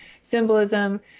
symbolism